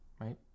right